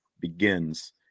begins